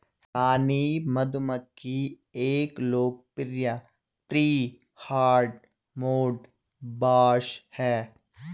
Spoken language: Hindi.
रानी मधुमक्खी एक लोकप्रिय प्री हार्डमोड बॉस है